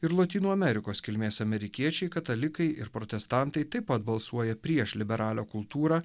ir lotynų amerikos kilmės amerikiečiai katalikai ir protestantai taip pat balsuoja prieš liberalią kultūrą